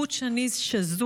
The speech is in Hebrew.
חוט שני שזור